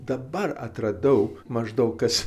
dabar atradau maždaug kas